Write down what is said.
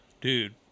dude